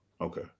Okay